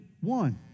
one